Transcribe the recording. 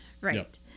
Right